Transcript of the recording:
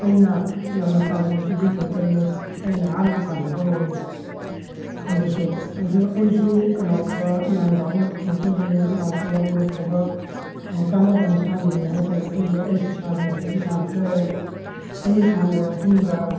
ꯑꯩꯅ ꯌꯥꯝꯅ ꯄꯥꯝꯖꯕꯁꯤ ꯕꯦꯗꯃꯤꯟꯇꯟꯅꯤ ꯑꯩꯅ ꯑꯍꯥꯟꯕ ꯁꯥꯟꯅꯕ ꯍꯧꯋꯤ ꯍꯧꯕꯁꯨ ꯑꯩꯁꯨ ꯀꯅꯥꯒꯨꯝꯕ ꯏꯌꯥꯝꯕ ꯑꯃꯅ ꯄꯨꯊꯣꯛꯆꯕꯅꯤ ꯃꯥꯁꯤ ꯌꯥꯝꯅ ꯐꯕ ꯌꯥꯝ ꯀꯥꯟꯅꯕ ꯃꯁꯥꯟꯅꯅꯤ ꯍꯥꯏꯗꯨꯅ ꯑꯗꯨꯕꯨ ꯑꯩꯁꯨ ꯏꯁꯥꯁꯨ ꯍꯧꯖꯤꯛꯇꯤ ꯁꯥꯟꯅꯖꯔꯦ ꯑꯩ ꯁꯥꯟꯅꯔꯕ ꯃꯇꯨꯡꯗ